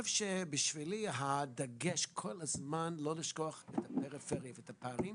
בשבילי הדגש כל הזמן הוא לא לשכוח את הפריפריה ואת הפערים.